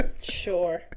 Sure